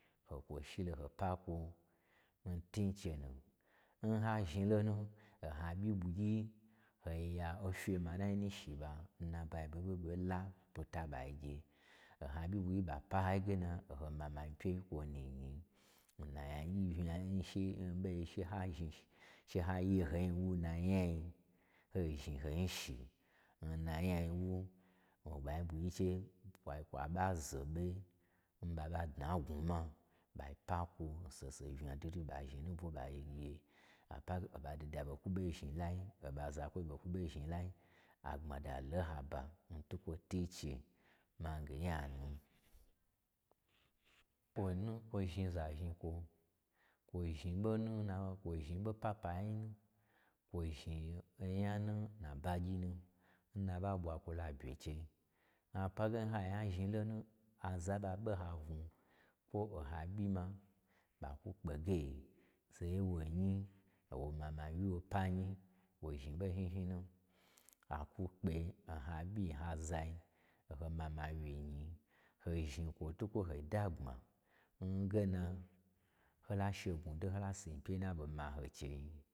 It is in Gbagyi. Ho n kwoi shi lo ho pakwo, n tun chenu n ha zhni lonu o ha ɓyi ɓwu gyi ho ya opye manai nu shi ɓa n naba yi ɓai ɓe ɓai la pita ɓai gye, oha ɓyi ɓwui ɓa pa n hayi ge na oho mama nyipyei kwonu nyi, n na nyagyi-i unya n she-n ɓei-n gye she ha zhni shi, she ha ye ho nyi n wu n na nyai. Ho zhni ho nyi shi nnanyai nwu, oɓa nyi bwi che ɓai kwa ɓa zo ɓo n ɓa ɓa idna n gnwuma, ɓai pa kwo n saho saho yi unya dwudwu, ɓa zhni nubwo ɓai gye, ɓa pa ge oba dida ɓo kwu ɓo zhni lai, oɓa zakwoi ɓo kwu ɓo zhni lai, agbmada to n haba, n twukwo twu n chenu, mange nyanu kwo nu n kwo zhni za zhni kwo, kwo zhni ɓo nu na-kwo zhni ɓo papayi nu, kwo zhni onyanu nabagyi nu n na ɓa ɓwa kwo la bye chei. Ha pa ge n hai zhni lonu, aza n ɓa ɓe n ha unwunyi, kwo o ha ɓyi ma, ɓa kwu kpe ge, zaye n wo nyi, o wo mama wyi n wo pa nyi, kwo zhni ɓo hnyin hnyin nu, akwu kpe o ha ɓyi n nazai, o ho mama wyi nyi, hjo zhni kwo twukwo ho dagbma, n ge na hola she gnwu do, hola si hyipyei n na ɓo ma ho n chei